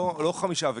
לא חמישה וכלב.